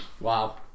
Wow